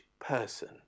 person